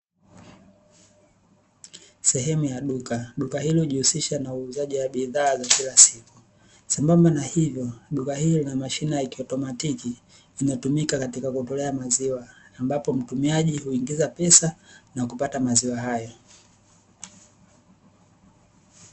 Sehemu ya duka, duka hili hujihusisha na uuzaji wa bidhaa za kila siku. Sambamba na hivyo, duka hili lina mashine ya kiautomatiki inayo tumika katika kutolea maziwa. Ambapo mtumiaji huingiza pesa, na kupata maziwa hayo.